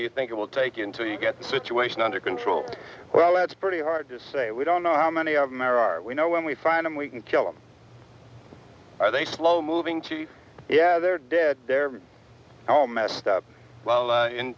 do you think it will take until you get the situation under control well it's pretty hard to say we don't know how many of them are we know when we find him we can kill them or they slow moving chief yeah they're dead they're all messed up well